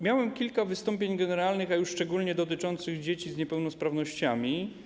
Miałem kilka wystąpień generalnych, szczególnie dotyczących dzieci z niepełnosprawnościami.